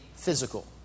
physical